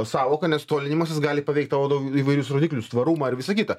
sąvoka nes tolinimas jis gali paveikt tavo da įvairius rodiklius tvarumą ir visa kita